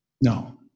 No